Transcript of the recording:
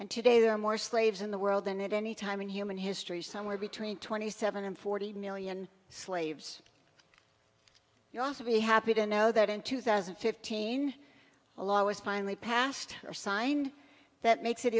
and today there are more slaves in the world than at any time in human history somewhere between twenty seven and forty million slaves you'll also be happy to know that in two thousand and fifteen a law was finally passed or signed that makes it